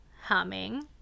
Humming